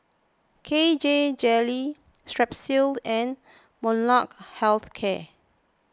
K J Jelly Strepsils and Molnylcke Health Care